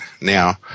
Now